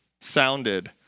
sounded